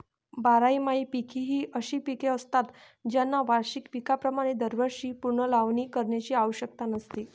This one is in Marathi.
बारमाही पिके ही अशी पिके असतात ज्यांना वार्षिक पिकांप्रमाणे दरवर्षी पुनर्लावणी करण्याची आवश्यकता नसते